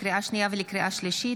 לקריאה שנייה ולקריאה שלישית,